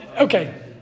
Okay